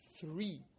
three